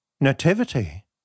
Nativity